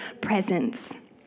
presence